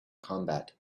combat